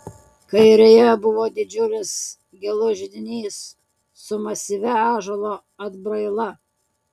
kairėje buvo didžiulis gilus židinys su masyvia ąžuolo atbraila